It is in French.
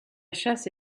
chasse